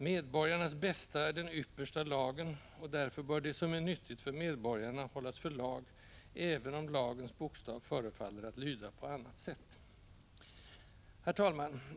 Medborgarnas bästa är den yppersta lagen, och därför bör det som är nyttigt för medborgarna hållas för lag, även om lagens bokstav förefaller att lyda på annat sätt. Herr talman!